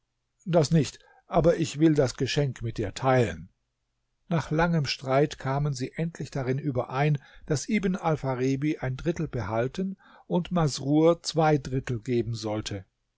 das nicht aber ich will das geschenk mit dir teilen nach langem streit kamen sie endlich dahin überein daß ibn alpharebi ein drittel behalten und masrur zwei drittel geben sollte